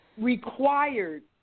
required